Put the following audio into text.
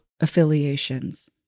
affiliations